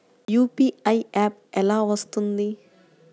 UPI app ఎలా వస్తుంది?